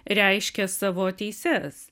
reiškė savo teises